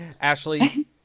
Ashley